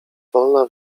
wolna